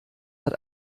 hat